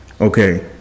okay